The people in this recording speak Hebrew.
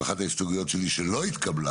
אגב, אחת ההסתייגויות שלי שלא התקבלה